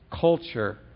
culture